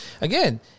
again